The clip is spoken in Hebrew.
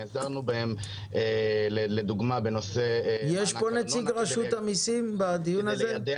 נעזרנו בהם לדוגמה בנושא מענק ארנונה כדי ליידע